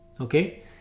okay